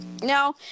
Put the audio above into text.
Now